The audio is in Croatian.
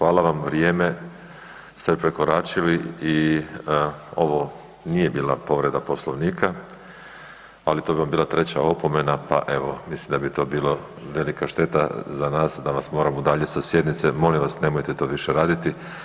Hvala vam, hvala vam, vrijeme ste prekoračili i ovo nije bila povreda Poslovnika, ali to bi vam bila treća opomena pa evo mislim da bi to bilo velika šteta za nas da vas moram udaljiti sa sjednice, molim vas nemojte to više raditi.